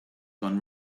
gone